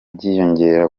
byiyongera